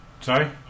Sorry